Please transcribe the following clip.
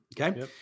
Okay